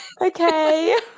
Okay